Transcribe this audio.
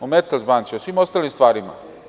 O „Metalsbanci“, o svim ostalim stvarima?